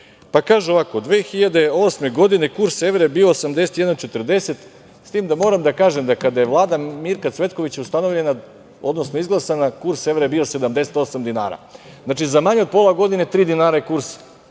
Pa kaže ovako, 2008. godine kurs evra je bio 81,40, s tim da moram da kažem da kada je Vlada Mirka Cvetkovića izglasana kurs evra je bio 78 dinara. Znači, za manje od pola godine tri dinara je kurs